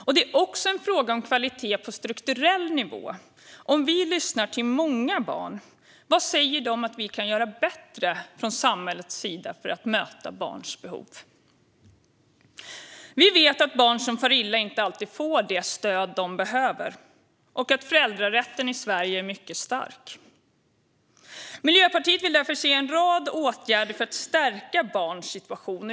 Och det är också en fråga om kvalitet på strukturell nivå. Om vi lyssnar till många barn, vad säger de att vi kan göra bättre från samhällets sida för att möta barns behov? Vi vet att barn som far illa inte alltid får det stöd de behöver och att föräldrarätten i Sverige är mycket stark. Miljöpartiet vill därför se en rad åtgärder för att stärka barns situation.